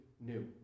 new